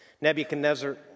Nebuchadnezzar